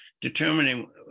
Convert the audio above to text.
determining